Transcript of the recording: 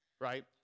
right